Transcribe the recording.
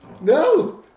No